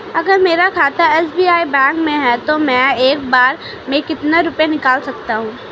अगर मेरा खाता एस.बी.आई बैंक में है तो मैं एक बार में कितने रुपए निकाल सकता हूँ?